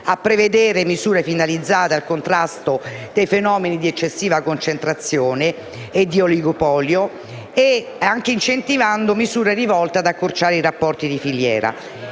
prevedendo misure finalizzate al contrasto dei fenomeni di eccessiva concentrazione e di oligopolio e incentivando misure rivolte ad accorciare i rapporti di filiera.